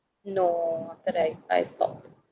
no after that I I stopped